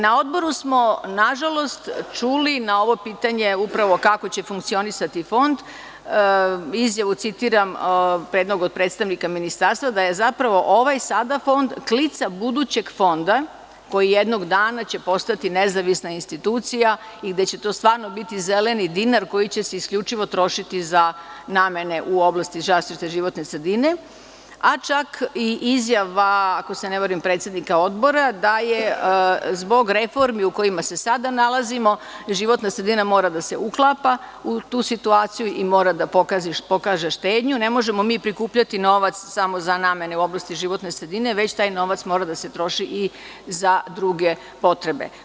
Na odboru smo, nažalost, čuli, na ovo pitanje – kako će funkcionisati fond, izjavu, citiram, jednog predstavnika Ministarstva da je ovaj fond klica budućeg fonda koji će jednog dana postati nezavisna institucija i gde će to biti zaista zeleni dinar koji će se isključivo trošiti za namene u oblasti zaštite životne sredine, a čak i izjava, ako se ne varam, predsednika odbora da zbog reformi u kojima se sada nalazimo životna sredina mora da se uklapa u tu situaciju i mora da pokaže štednju, ne možemo mi prikupljati novac samo za namene u oblasti životne sredine, već taj novac mora da se troši i za druge potrebe.